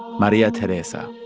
maria teresa.